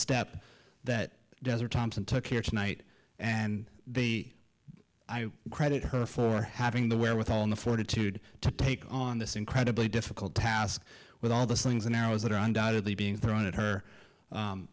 step that does or thompson took here tonight and b i credit her for having the wherewithal in the fortitude to take on this incredibly difficult task with all the slings and arrows that are undoubtedly being thrown at her